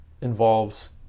involves